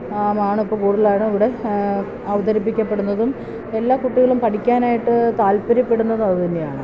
ആണ് ഇപ്പോള് കൂടുതലായി ഇവിടെ അവതരിപ്പിക്കപ്പെടുന്നതും എല്ലാ കുട്ടികളും പഠിക്കാനായിട്ട് താല്പര്യപ്പെടുന്നതും അതുതന്നെയാണ്